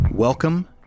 Welcome